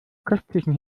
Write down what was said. köstlichen